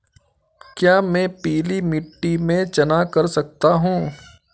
क्या मैं पीली मिट्टी में चना कर सकता हूँ?